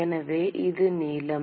எனவே இது நீளம்